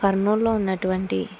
కర్నూలులో ఉన్నటువంటి